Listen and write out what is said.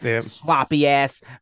sloppy-ass